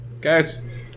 Guys